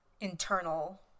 internal-